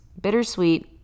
bittersweet